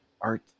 art